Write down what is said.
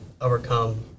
overcome